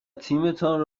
تیمتان